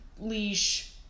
leash